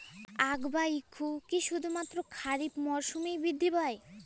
আখ বা ইক্ষু কি শুধুমাত্র খারিফ মরসুমেই বৃদ্ধি পায়?